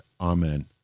Amen